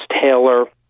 Taylor